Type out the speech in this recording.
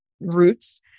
roots